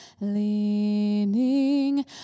Leaning